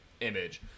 image